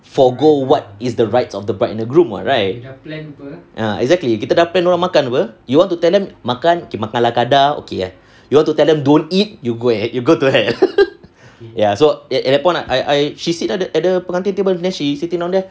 forgo what is the rights of the bride and the groom ah right ah exactly kita dah plan dorang makan apa you want to tell them makan makan ala kadar okay you want to tell them don't eat you go ahead you go to hell ya so that at that point I I she sit at the at the pengantin table then she sitting down there